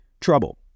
trouble